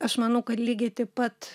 aš manau kad lygiai taip pat